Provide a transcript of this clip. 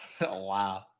Wow